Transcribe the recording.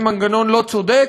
זה מנגנון לא צודק,